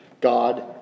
God